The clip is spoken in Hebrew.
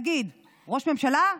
נגיד ראש ממשלה,